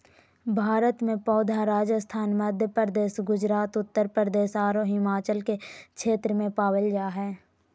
भारत में पौधा राजस्थान, मध्यप्रदेश, गुजरात, उत्तरप्रदेश आरो हिमालय के क्षेत्र में पावल जा हई